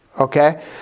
Okay